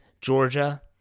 Georgia